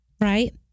right